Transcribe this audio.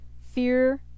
fear